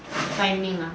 timing ah